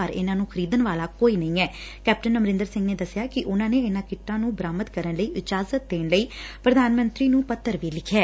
ਪਰ ਇਨਾਂ ਨੂੰ ਖਰੀਦਣ ਵਾਲਾ ਕੋਈ ਨਹੀ ਐ ਕੈਪਟਨ ਅਮਰਿੰਦਰ ਸਿੰਘ ਨੇ ਦਸਿਆ ਕਿ ਉਨਾ ਨੇ ਇਨਾ ਕਿੱਟਾ ਨੂੰ ਬਰਾਮਦ ਕਰਨ ਦੀ ਇਜਾਜ਼ਤ ਦੇਣ ਲਈ ਪ੍ਰਧਾਨ ਮੰਤਰੀ ਨੂੰ ਪੱਤਰ ਵੀ ਲਿਖਿਐ